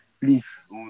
Please